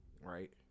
right